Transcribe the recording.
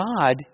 God